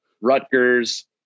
Rutgers